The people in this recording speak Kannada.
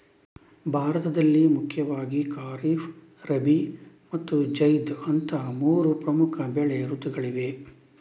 ಭಾರತದಲ್ಲಿ ಮುಖ್ಯವಾಗಿ ಖಾರಿಫ್, ರಬಿ ಮತ್ತು ಜೈದ್ ಅಂತ ಮೂರು ಪ್ರಮುಖ ಬೆಳೆ ಋತುಗಳಿವೆ